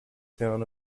town